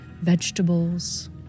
vegetables